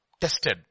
Tested